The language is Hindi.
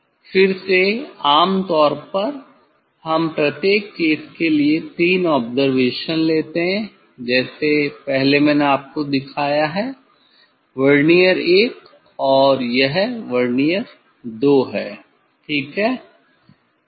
फिर से आम तौर पर हम प्रत्येक केस के लिए तीन ऑब्जरवेशन लेते हैं जैसे पहले मैंने आपको दिखाया है वर्नियर 1 और यह वर्नियर 2 है ठीक है